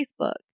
facebook